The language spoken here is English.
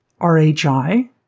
RHI